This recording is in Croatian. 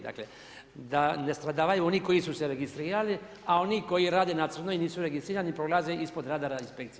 Dakle, da ne stradavaju oni koji su se registrirali a oni koji rade na crno i nisu registrirani prolaze ispod radara inspekcije.